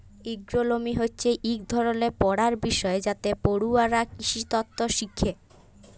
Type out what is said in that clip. এগ্রোলমি হছে ইক ধরলের পড়ার বিষয় যাতে পড়ুয়ারা কিসিতত্ত শিখে